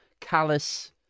callous